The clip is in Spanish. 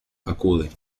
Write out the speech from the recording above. acude